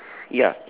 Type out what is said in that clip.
ya